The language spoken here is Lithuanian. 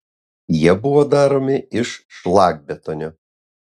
jie buvo daromi iš šlakbetonio